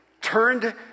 turned